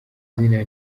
izina